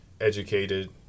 educated